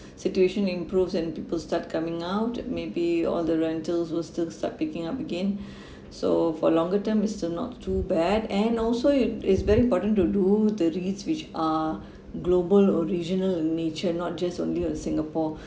situation improves and people start coming out maybe all the rentals will still start picking up again so for longer term it's still not too bad and also it is very important to do the REITS which are global or regional in nature not just only on singapore